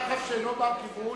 זה דחף שאינו בר-כיבוש.